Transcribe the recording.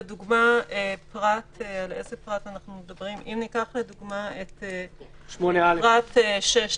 אם ניקח לדוגמה את פרט 6,